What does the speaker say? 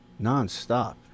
nonstop